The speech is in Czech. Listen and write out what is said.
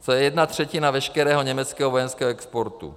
To je jedna třetina veškerého německého vojenského exportu.